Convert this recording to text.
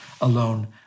alone